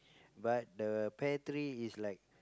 but the pear tree is like